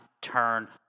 turn